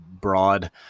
broad